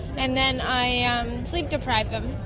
and then i sleep deprived them.